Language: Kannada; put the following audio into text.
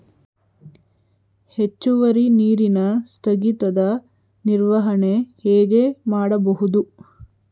ಹೆಚ್ಚುವರಿ ನೀರಿನ ಸ್ಥಗಿತದ ನಿರ್ವಹಣೆ ಹೇಗೆ ಮಾಡಬಹುದು?